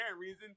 reason